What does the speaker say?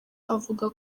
avuga